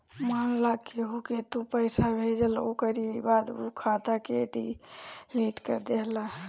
मान लअ केहू के तू पईसा भेजला ओकरी बाद उ खाता के डिलीट कर देहला